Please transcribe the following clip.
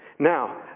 Now